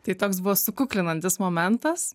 tai toks buvo sukuklinantis momentas